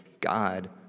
God